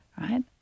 Right